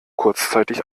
kurzzeitig